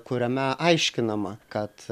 kuriame aiškinama kad